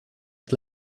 het